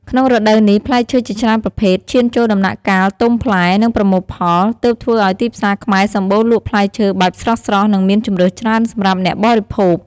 ក្នុងរដូវនេះ ផ្លែឈើជាច្រើនប្រភេទឈានចូលដំណាក់កាលទំផ្លែ និងប្រមូលផល ទើបធ្វើអោយទីផ្សារខ្មែរសម្បូរលក់ផ្លែឈើបែបស្រស់ៗ និងមានជម្រើសច្រើនសម្រាប់អ្នកបរិភោគ។